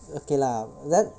okay lah then